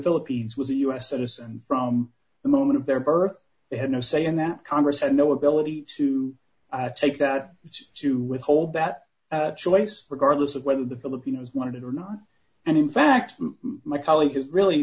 philippines was a u s citizen from the moment of their birth they had no say in that congress and no ability to take that to withhold that choice regardless of whether the filipinos wanted it or not and in fact my colleague has really